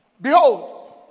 Behold